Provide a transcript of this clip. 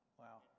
wow